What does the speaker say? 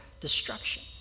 destruction